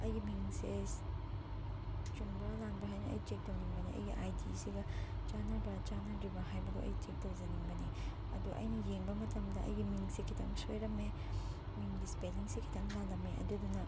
ꯑꯩꯒꯤ ꯃꯤꯡꯁꯦ ꯆꯨꯝꯕ꯭ꯔ ꯂꯥꯟꯕ꯭ꯔ ꯍꯥꯏꯅ ꯑꯩ ꯆꯦꯛ ꯇꯧꯅꯤꯡꯕꯅꯦ ꯑꯩꯒꯤ ꯑꯥꯏ ꯗꯤꯁꯤꯒ ꯆꯥꯅꯕ꯭ꯔ ꯆꯥꯅꯗ꯭ꯔꯤꯕ ꯍꯥꯏꯕꯗꯨ ꯑꯩ ꯆꯦꯛ ꯇꯧꯖꯅꯤꯡꯕꯅꯤ ꯑꯗꯨ ꯑꯩꯅ ꯌꯦꯡꯕ ꯃꯇꯝꯗ ꯑꯩꯒꯤ ꯃꯤꯡꯁꯤ ꯈꯤꯇꯪ ꯁꯣꯏꯔꯝꯃꯦ ꯃꯤꯡꯒꯤ ꯏꯁꯄꯦꯜꯂꯤꯡꯁꯤ ꯈꯤꯇꯪ ꯂꯥꯜꯂꯝꯃꯦ ꯑꯗꯨꯗꯨꯅ